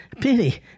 Penny